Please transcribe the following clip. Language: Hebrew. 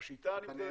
השיטה.